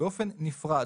באופן נפרד.